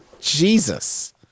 Jesus